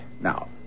now